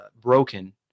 broken